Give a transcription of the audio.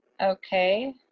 Okay